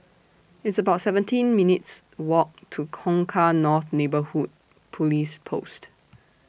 It's about seventeen minutes' Walk to Kong Kah North Neighbourhood Police Post